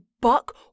buck